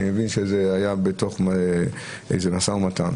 אני מבין שזה היה בתוך איזה משא ומתן.